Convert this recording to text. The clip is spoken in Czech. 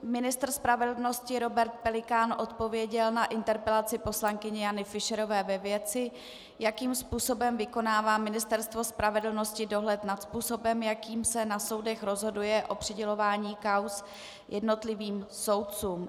Ministr spravedlnosti Robert Pelikán odpověděl na interpelaci poslankyně Jany Fischerové ve věci, jakým způsobem vykonává Ministerstvo spravedlnosti dohled nad způsobem, jakým se na soudech rozhoduje o přidělování kauz jednotlivým soudcům.